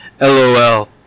LOL